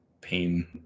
pain